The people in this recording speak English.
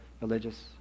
religious